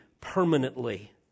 permanently